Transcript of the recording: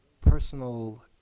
personal